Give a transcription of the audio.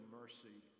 mercy